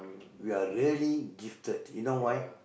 we are really gifted you know why